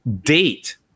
date